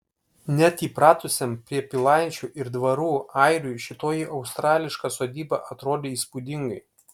net įpratusiam prie pilaičių ir dvarų airiui šitoji australiška sodyba atrodė įspūdingai